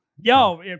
yo